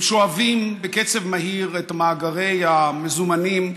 הם שואבים בקצב מהיר את מאגרי המזומנים,